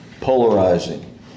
polarizing